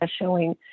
showing